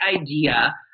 idea